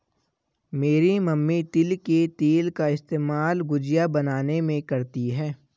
मेरी मम्मी तिल के तेल का इस्तेमाल गुजिया बनाने में करती है